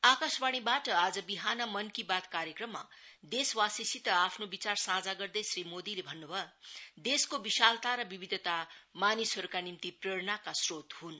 आकाशवाणीबाट आज बिहान मन की बात् कार्यक्रममा देशवासीसित आफ्नो विचार साझा गर्दै श्री मोदीले भन्नु भयो देशको विशालता र विविधता मानिसहरूका निम्ति प्रेरणाका स्रोत ह्न्